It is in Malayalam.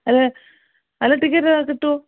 അതിൽ അതിൽ ടിക്കറ്റ് കിട്ടുമോ